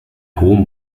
hohem